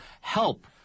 help